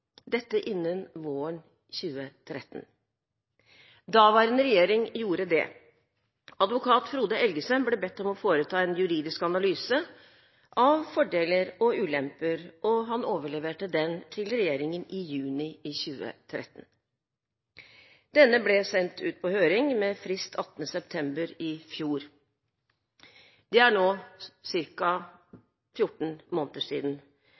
dette innen våren 2013. Daværende regjering gjorde det. Advokat Frode Elgesem ble bedt om å foreta en juridisk analyse av fordeler og ulemper, og han overleverte den til regjeringen i juni 2013. Denne ble sendt ut på høring med frist 18. september i fjor. Det er nå ca. 14 måneder siden.